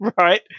right